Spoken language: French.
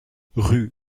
rue